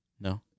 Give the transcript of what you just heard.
No